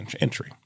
entry